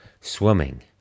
Swimming